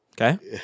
Okay